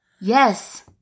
Yes